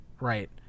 right